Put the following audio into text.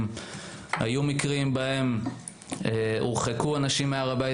היו מקרים שבהם הורחקו אנשים מהר הבית